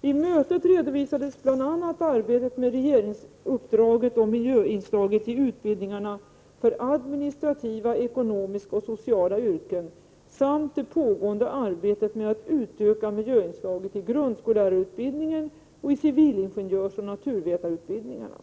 Vid mötet redovisades bl.a. arbetet med regeringsuppdraget om ett miljöinslag i utbildningarna för administrativa, ekonomiska och sociala yrken samt det pågående arbetet med att utöka miljöinslaget i grundskollärarutbildningen, civilingenjörsoch naturvetarutbildningarna.